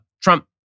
Trump